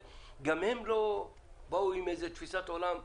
גם הם לא באו עם איזו תפיסת עולם קיצונית.